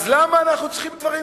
אז למה אנחנו צריכים דברים כאלה?